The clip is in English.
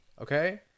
Okay